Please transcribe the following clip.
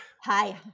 Hi